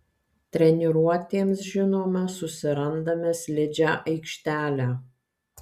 treniruotėms žinoma susirandame slidžią aikštelę